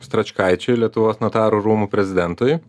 stračkaičiui lietuvos notarų rūmų prezidentui